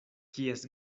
kies